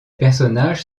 personnages